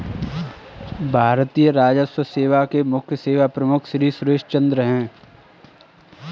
भारतीय राजस्व सेवा के मुख्य सेवा प्रमुख श्री सुशील चंद्र हैं